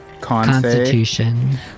Constitution